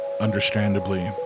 understandably